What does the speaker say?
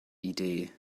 idee